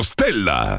Stella